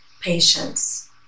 patience